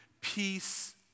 peace